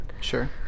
Sure